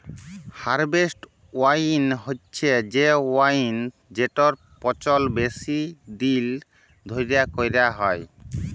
harvest wine হছে সে wine যেটর পচল বেশি দিল ধ্যইরে ক্যইরা হ্যয়